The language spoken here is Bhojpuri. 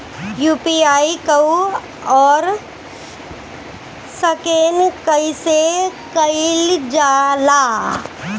यू.पी.आई क्यू.आर स्कैन कइसे कईल जा ला?